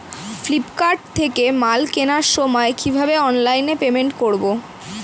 Flipkart থেকে মাল কেনার সময় কিভাবে অনলাইনে পেমেন্ট করব?